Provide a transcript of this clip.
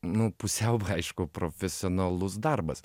nu pusiau aišku profesionalus darbas